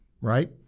right